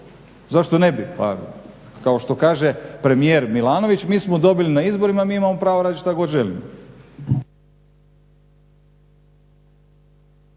Zašto ne bi? Kao što kaže premijer Milanović mi smo dobili na izborima, mi imamo pravo raditi što god želimo.